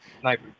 Sniper